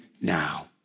now